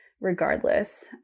regardless